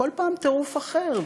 כל פעם טירוף אחר,